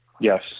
Yes